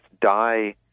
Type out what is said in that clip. die